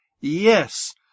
yes